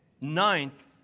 ninth